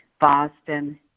Boston